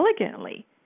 elegantly